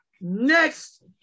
Next